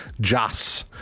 Joss